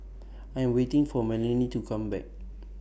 I Am waiting For Melany to Come Back